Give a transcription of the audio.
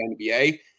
NBA